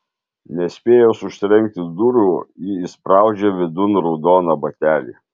nespėjus užtrenkti durų ji įspraudžia vidun raudoną batelį